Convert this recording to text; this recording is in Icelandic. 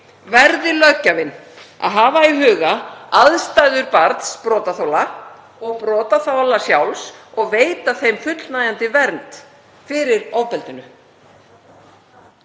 verði löggjafinn að hafa í huga aðstæður barns brotaþola og brotaþola sjálfs og veita þeim fullnægjandi vernd fyrir ofbeldinu.